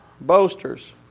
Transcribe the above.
boasters